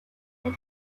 that